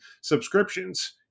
subscriptions